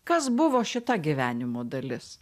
kas buvo šita gyvenimo dalis